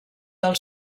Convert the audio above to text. del